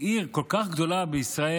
עיר כל כך גדולה בישראל,